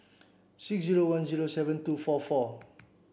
six zero one zero seven two four four